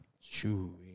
Shoot